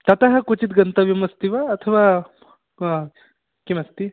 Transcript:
ततः क्वचित् गन्तव्यमस्ति वा अथवा किमस्ति